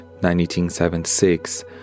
1976